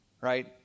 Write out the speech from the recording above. right